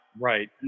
Right